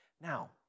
Now